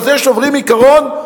על זה שוברים עיקרון,